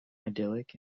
idyllic